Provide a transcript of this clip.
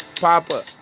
Papa